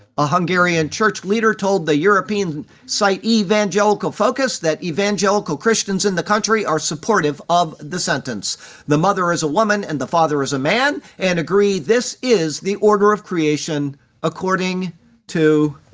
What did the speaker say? a hungarian church leader told the european site evangelical focus that evangelical christians in the country are supportive of the sentence the mother is a woman, and the father is a man' man' and agree this is the order of creation according to